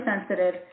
sensitive